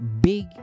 big